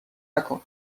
نکن